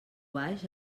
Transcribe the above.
baix